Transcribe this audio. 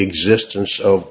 existence of